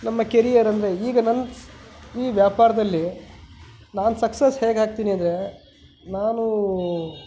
ನಮ್ಮ ಕೆರಿಯರ್ ಅಂದರೆ ಈಗ ನನ್ನ ಈ ವ್ಯಾಪಾರದಲ್ಲಿ ನಾನು ಸಕ್ಸೆಸ್ ಹೇಗೆ ಆಗ್ತೀನಿ ಅಂದರೆ ನಾನೂ